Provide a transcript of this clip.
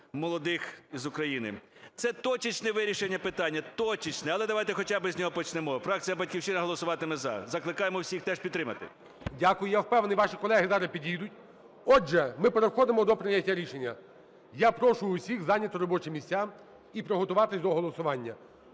молодих із України. Це точечне вирішення питання, точечне, але давайте хоча би з нього почнемо. Фракція "Батьківщина" голосуватиме "за". Закликаємо всіх теж підтримати. ГОЛОВУЮЧИЙ. Дякую. Я впевнений, ваші колеги зараз підійдуть. Отже, ми переходимо до прийняття рішення. Я прошу усіх зайняти робочі місця і приготуватись до голосування.